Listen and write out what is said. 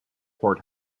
port